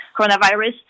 coronavirus